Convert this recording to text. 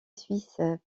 suisse